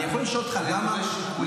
אתם נטולי